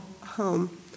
home